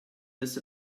miss